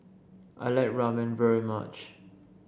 I like Ramen very much